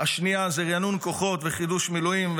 השנייה זה ריענון כוחות וחידוש מילואים,